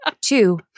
Two